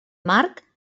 marc